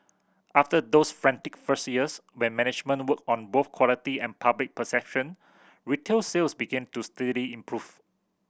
after those frantic first years when management worked on both quality and public perception retail sales began to steadily improve